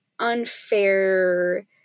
Unfair